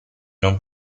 non